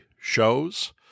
shows